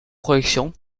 projections